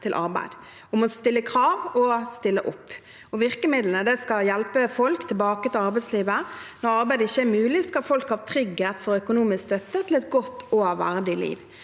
til arbeid – om å stille krav og å stille opp. Virkemidlene skal hjelpe folk tilbake til arbeidslivet. Når arbeid ikke er mulig, skal folk ha trygghet for økonomisk støtte til et godt og verdig liv.